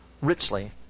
richly